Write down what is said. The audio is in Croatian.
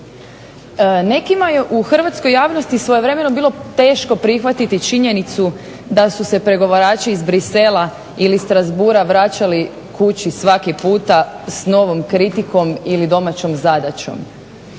Nekima je u Hrvatskoj javnosti bilo teško prihvatiti činjenicu da su se pregovarači iz Bruxellesa ili Strasbourgha vraćali kući svaki puta s novom kritikom ili domaćom zadaćom